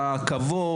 בכבוד,